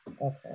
Okay